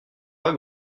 pas